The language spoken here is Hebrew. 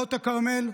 במנהרות הכרמל,